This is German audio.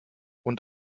und